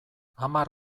hamar